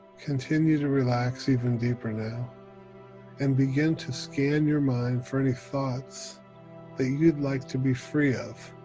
continue to relax even deeper now and begin to scan your mind for any thoughts that you'd like to be free of,